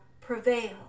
prevail